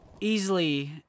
easily